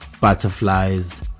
Butterflies